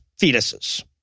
fetuses